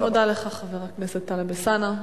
אני מודה לך, חבר הכנסת טלב אלסאנע.